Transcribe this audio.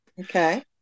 Okay